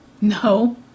No